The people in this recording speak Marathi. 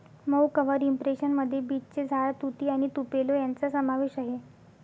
मऊ कव्हर इंप्रेशन मध्ये बीचचे झाड, तुती आणि तुपेलो यांचा समावेश आहे